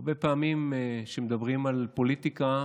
הרבה פעמים כשמדברים על פוליטיקה,